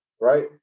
right